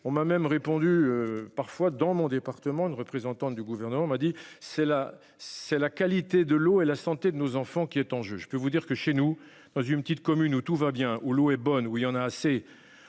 On m'a même répondu parfois dans mon département, une représentante du gouvernement, m'a dit c'est la c'est la qualité de l'eau et la santé de nos enfants qui est en jeu, je peux vous dire que chez nous dans une petite commune où tout va bien, où l'eau est bonne ou il en a assez,